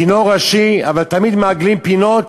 צינור ראשי, אבל תמיד מעגלים פינות.